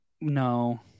no